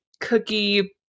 cookie